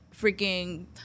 freaking